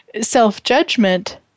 self-judgment